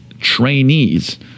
trainees